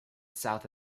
south